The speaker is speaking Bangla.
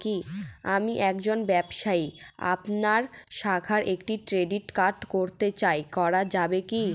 আমি একজন ব্যবসায়ী আপনার শাখায় একটি ক্রেডিট কার্ড করতে চাই করা যাবে কি?